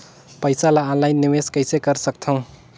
पईसा ल ऑनलाइन निवेश कइसे कर सकथव?